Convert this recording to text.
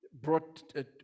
brought